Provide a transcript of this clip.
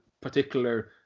particular